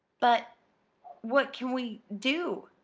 but what can we do?